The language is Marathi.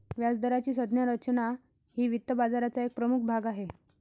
व्याजदराची संज्ञा रचना हा वित्त बाजाराचा एक प्रमुख भाग आहे